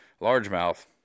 largemouth